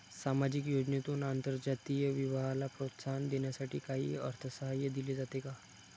सामाजिक योजनेतून आंतरजातीय विवाहाला प्रोत्साहन देण्यासाठी काही अर्थसहाय्य दिले जाते का?